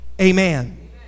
amen